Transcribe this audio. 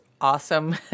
awesome